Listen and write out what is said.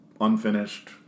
unfinished